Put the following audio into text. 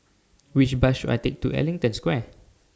Which Bus should I Take to Ellington Square